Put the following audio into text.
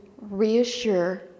reassure